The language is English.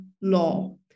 law